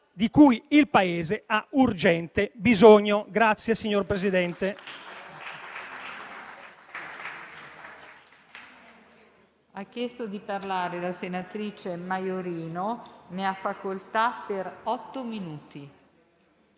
di cui il Paese ha urgente bisogno.